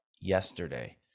yesterday